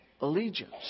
allegiance